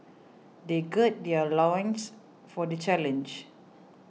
they gird their loins for the challenge